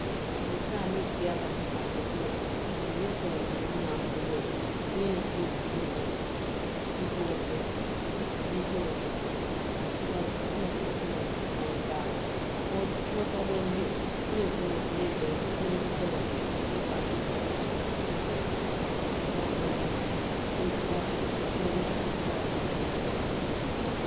Saayiŋ a maŋ baake ka a ke buloo la bari niŋ foloo to i bi naa kuuroo la niŋ i ye i la jio bee loondi, i ye feŋolu ke jii foloo to, suruwaalu ko, n batu n ŋa a fo mandinka kaŋo la, ka a hooji, hoocarilaŋ jio, i ye i kuu wo to i ye i ke nonjii foloo kono, i ye safunoo taa i ye i kuu fo i seneyaa. I ye a bondi, fulanjaŋo i ye a bondi, i ye a jaa.